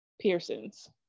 Pearson's